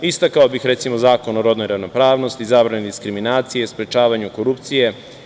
Istakao bih, recimo, Zakon o rodnoj ravnopravnosti, zabrani diskriminacije, sprečavanju korupcije.